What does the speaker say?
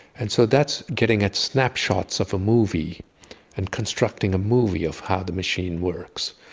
and so that's getting at snapshots of a movie and constructing a movie of how the machine works.